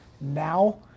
now